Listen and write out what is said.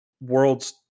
worlds